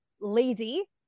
lazy